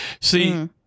see